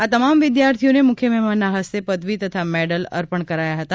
આ તમામ વિદ્યાર્થીઓને મુખ્ય મહેમાનના હસ્તે પદવી તથા મેડલ અર્પણ કરાયા હતા